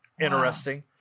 interesting